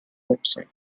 website